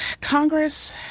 Congress